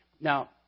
Now